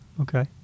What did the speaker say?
Okay